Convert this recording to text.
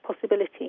possibility